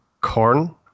Corn